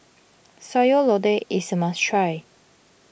Sayur Lodeh is a must try